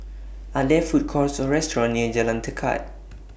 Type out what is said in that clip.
Are There Food Courts Or restaurants near Jalan Tekad